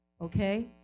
okay